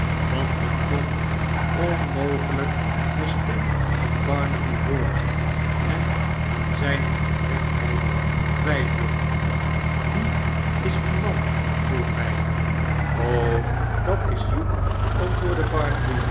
want men kon onmogehjk de stem van barnaby hooren en aan ziine oprechheid twijfelen wie is die man vroeg hij dat is hugh antwoordde